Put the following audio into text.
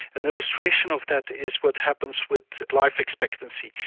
an illustration of that is what happens with life expectancy,